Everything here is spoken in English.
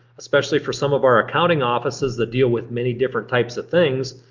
especially for some of our accounting offices that deal with many different types of things.